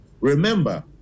Remember